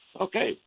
Okay